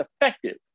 effective